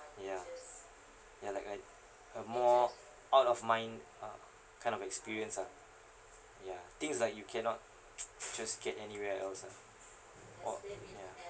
ya ya like uh a more out of mind ah kind of experience ah ya things like you cannot just get anywhere else ah odd ya